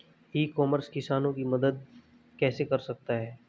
ई commerce किसानों की मदद कैसे कर सकता है?